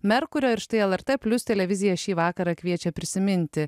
merkurio ir štai lrt plius televizija šį vakarą kviečia prisiminti